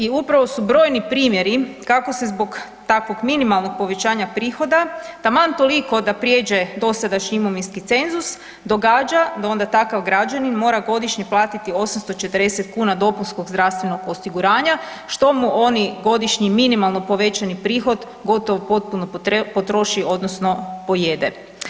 I upravo su brojni primjeri kako se zbog takvog minimalnog povećanja prihoda taman toliko da prijeđe dosadašnji imovinski cenzus događa da onda takav građanin mora godišnje platiti 840 kuna dopunskog zdravstvenog osiguranja što mu oni godišnji minimalno povećani prihod gotovo potpuno potroši odnosno pojede.